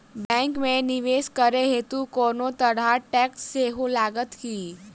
Bank मे निवेश करै हेतु कोनो तरहक टैक्स सेहो लागत की?